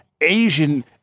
Asian